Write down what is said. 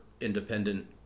independent